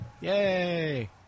Yay